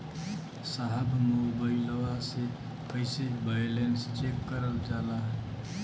साहब मोबइलवा से कईसे बैलेंस चेक करल जाला?